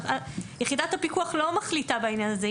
יחידת הפיקוח לא מחליטה בעניין הזה.